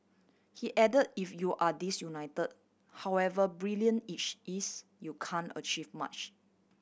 he add if you're disunited however brilliant each is you can achieve much